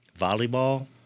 volleyball